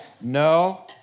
No